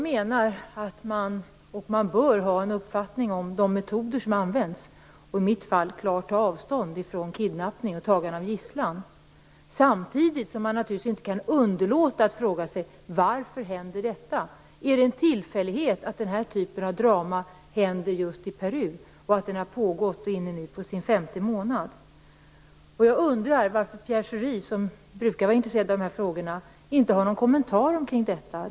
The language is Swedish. Man bör ha en uppfattning om de metoder som används och, som i mitt exempel, klart ta avstånd från kidnappning och tagning av gisslan. Samtidigt kan man naturligtvis inte underlåta att fråga sig varför detta händer. Är det en tillfällighet att den här typen av drama händer just i Peru och att det fått pågå och nu är inne på sin femte månad? Jag undrar varför Pierre Schori, som brukar vara intresserad av sådana här frågor, inte har någon kommentar till detta.